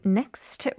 next